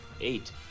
eight